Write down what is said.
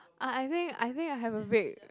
I I think I think I have a vague